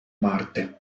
marte